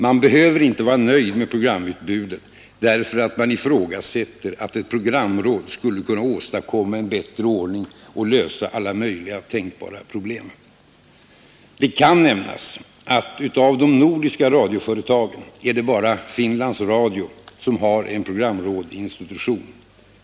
Man behöver inte vara nöjd med programutbudet därför att man ifrågasätter att ett programråd skulle kunna åstadkomma en bättre ordning och lösa alla möjliga tänkbara problem. Det kan nämnas att av de nordiska radioföretagen är det bara Finlands Radio som har en programrådsinstitution.